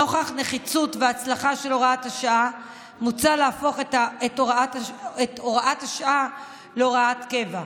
נוכח נחיצות והצלחה של הוראת השעה מוצע להפוך את הוראת השעה להוראת קבע,